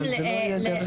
אבל זה לא יהיה דרך זה.